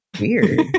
Weird